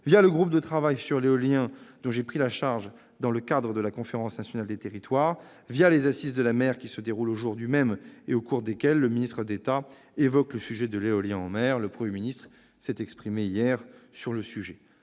le groupe de travail sur l'éolien, dont j'ai pris la responsabilité dans le cadre de la Conférence nationale des territoires, ou les Assises de l'économie de la mer, qui se déroulent aujourd'hui même, et au cours desquelles le ministre d'État évoque le sujet de l'éolien en mer- le Premier ministre s'est exprimé hier sur le sujet.